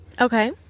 Okay